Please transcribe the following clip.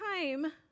time